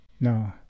No